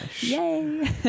Yay